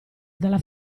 dalla